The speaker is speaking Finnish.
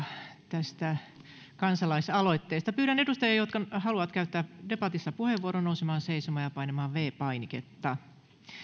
tästä kansalaisaloitteesta pyydän edustajia jotka haluavat käyttää debatissa puheenvuoron nousemaan seisomaan ja painamaan viides painiketta